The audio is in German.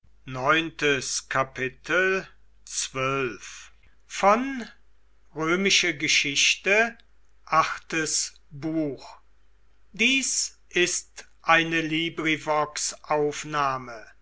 sind ist eine